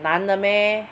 男的 meh